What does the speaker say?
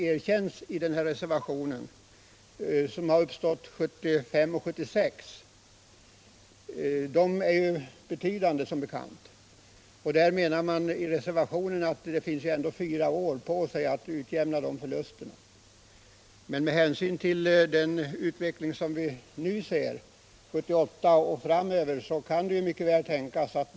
Tryggheten i anställningen finns bara inte i det rådande systemet.